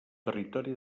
territori